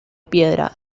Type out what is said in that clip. piedra